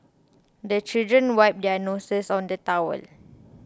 the children wipe their noses on the towel